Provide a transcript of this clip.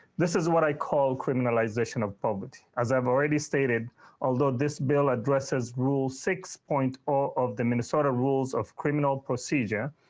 this is what i call criminalization of public as i've already stated although this bill addresses rule six point all of the minnesota rules of criminal procedure.